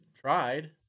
tried